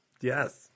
Yes